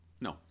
no